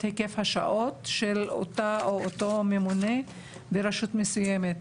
היקף השעות של אותה ממונה ברשות מסוימת?